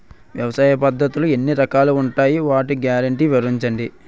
వ్యవసాయ పద్ధతులు ఎన్ని రకాలు ఉంటాయి? వాటి గ్యారంటీ వివరించండి?